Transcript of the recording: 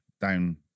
Down